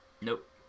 Nope